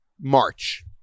March